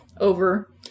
Over